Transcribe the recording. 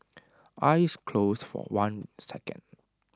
eyes closed for one second